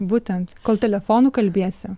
būtent kol telefonu kalbiesi